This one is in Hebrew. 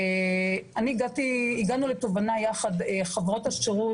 אני הגעתי לתובנה יחד עם חברות השירות,